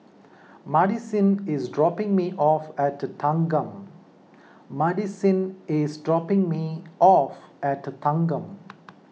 Madisyn is dropping me off at Thanggam Madisyn is dropping me off at Thanggam